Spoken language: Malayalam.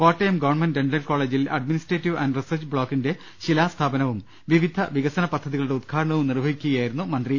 കോട്ടയം ഗവൺമെന്റ് ഡന്റൽ കോളജിൽ അഡ്മിനിസ്ട്രേറ്റീവ് ആന്റ് റിസർച്ച് ബ്ലോക്കിന്റ ശിലാസ്ഥാപനവും വിവിധ വികസന പദ്ധതികളുടെ ഉദ്ഘാടനവും നിർവഹിക്കുകയായിരുന്നു മന്ത്രി